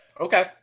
Okay